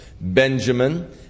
Benjamin